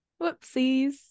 whoopsies